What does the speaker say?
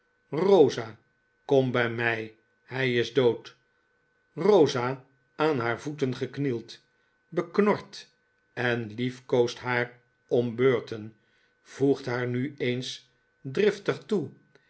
rosa kom bij mij hij is dood rosa aan haar voeten geknield beknort en liefkoost haar om beurten voegt haar nu eens driftig toe